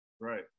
Right